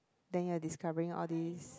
then you're discovering all this